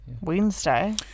Wednesday